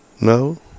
No